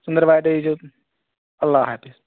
ژٔنٛدٕر وارِ دۄہ یی زیٚو اَللّٰہ حافِظ